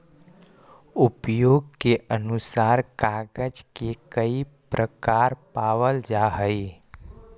उपयोग के अनुसार कागज के कई प्रकार पावल जा हई